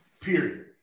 period